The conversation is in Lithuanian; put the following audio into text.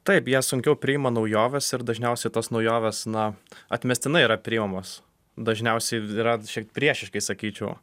taip jie sunkiau priima naujoves ir dažniausiai tos naujovės na atmestinai yra priimamos dažniausiai yra šiek priešiškai sakyčiau